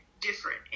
different